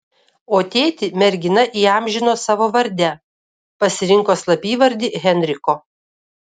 o tėtį mergina įamžino savo varde pasirinko slapyvardį henriko